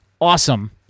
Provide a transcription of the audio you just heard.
awesome